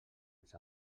ens